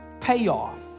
payoff